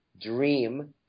dream